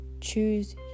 choose